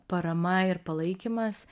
parama ir palaikymas